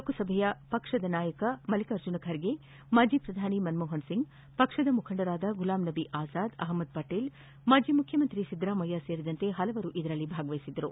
ಲೋಕಸಭೆಯ ಪಕ್ಷದ ನಾಯಕ ಮಲ್ಲಿಕಾರ್ಜುನ ಖರ್ಗೆ ಮಾಜಿ ಪ್ರಧಾನಿ ಮನಮೋಹನ್ ಸಿಂಗ್ ಪಕ್ಷದ ಮುಖಂಡರಾದ ಗುಲಾಂ ನಬಿ ಆಜಾದ್ ಅಹಮದ್ ಪಟೇಲ್ ಮಾಜಿ ಮುಖ್ಯಮಂತ್ರಿ ಸಿದ್ದರಾಮಯ್ಯ ಸೇರಿದಂತೆ ಹಲವರು ಇದರಲ್ಲಿ ಭಾಗವಹಿಸಿದ್ದರು